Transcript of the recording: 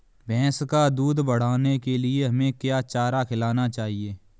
भैंस का दूध बढ़ाने के लिए हमें क्या चारा खिलाना चाहिए?